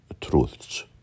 truths